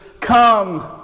come